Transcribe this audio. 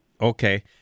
Okay